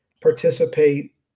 participate